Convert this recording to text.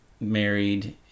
married